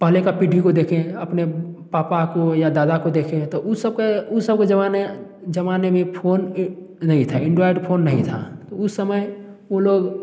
पहले का पीढ़ी को देखें अपने पापा को या दादा को देखें तो वो सब का वो सबके जमाने जमाने में फोन नहीं था एंड्राइड फोन नहीं था तो उस समय उन लोग